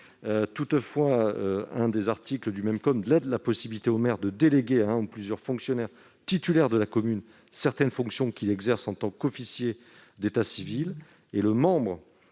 Toutefois, l'article R. 2122-10 du même code laisse la possibilité au maire de déléguer à un ou plusieurs fonctionnaires titulaires de la commune certaines fonctions qu'il exerce en tant qu'officier d'état civil. Aux termes de